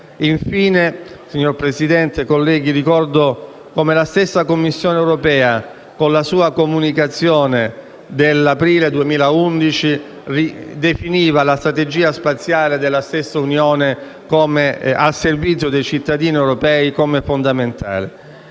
Infine, signora Presidente, colleghi, ricordo come la stessa Commissione europea, con la sua comunicazione dell'aprile 2011, definiva la strategia spaziale della stessa Unione a servizio dei cittadini europei come fondamentale.